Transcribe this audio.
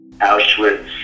Auschwitz